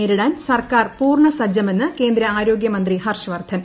നേരിടാൻ സർക്കാർ പൂർണ്ണ സജ്ജമെന്ന് കേന്ദ്ര ആരോഗ്യ മന്ത്രി ഹർഷ് വർദ്ധൻ